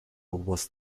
was